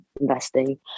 investing